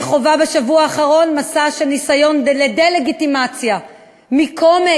אני חווה בשבוע האחרון מסע של ניסיון לדה-לגיטימציה מקומץ